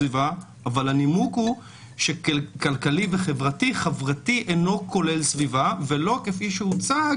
סביבה אבל הנימוק הוא שחברתי לא כולל סביבה ולא כפי שהוצג